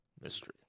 mystery